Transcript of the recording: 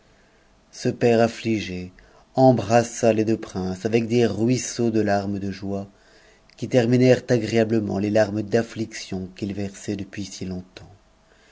ce père amigé embrassa les deux princes avec des ruisseaux de larmes de joie qui terminèrent agréablement les larmes d'affliction qu'il versait depuis si longtemps